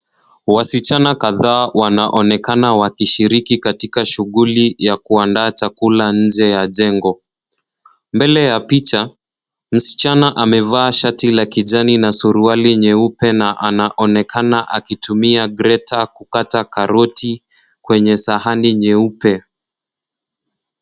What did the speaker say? Wasichana kadhaa wanaonekana wakishiriki katika shughuli ya kuandaa chakula nje ya jengo. Mbele ya picha, msichana amevaa shati la kijani na suruali nyeupe na anaonekana akitumia greta kukata karoti kwenye sahani nyeupe.